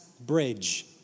bridge